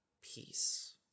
peace